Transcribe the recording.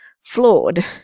flawed